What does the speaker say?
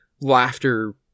laughter